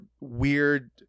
weird